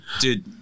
dude